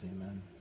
Amen